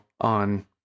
on